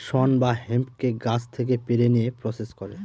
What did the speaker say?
শন বা হেম্পকে গাছ থেকে পেড়ে নিয়ে প্রসেস করে